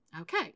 okay